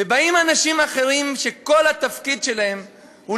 ובאים אנשים אחרים שכל התפקיד שלהם הוא